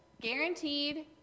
Guaranteed